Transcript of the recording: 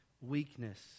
weakness